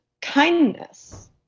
kindness